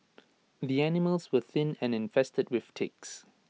the animals were thin and infested with ticks